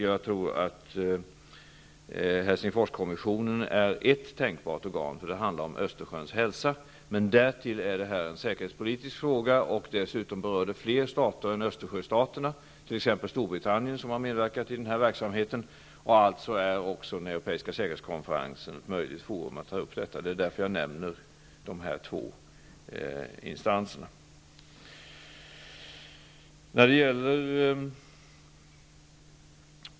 Jag tror att Helsingforskommissionen är ett tänkbart organ, eftersom det handlar om Östersjöns hälsa. Men därtill är detta en säkerhetspolitisk fråga, och dessutom berör den flera stater än Östersjöstaterna, t.ex. Storbritannien som har medverkat i denna verksamhet. Därför är också Europeiska säkerhetskonferensen ett möjligt forum. Det är därför som jag nämner dessa två instanser.